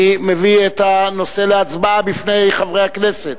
אני מביא את הנושא להצבעה בפני חברי הכנסת.